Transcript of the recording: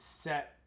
set